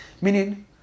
Meaning